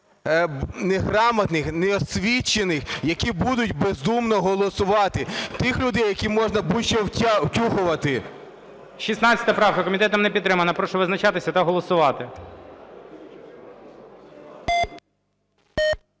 неграмотних, неосвічених, які будуть бездумно голосувати, тих людей, яким можна будь-що "втюхувати". ГОЛОВУЮЧИЙ. 16 правка. Комітетом не підтримана. Прошу визначатися та голосувати.